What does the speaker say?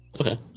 Okay